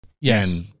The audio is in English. Yes